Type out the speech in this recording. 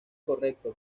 correcto